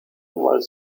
while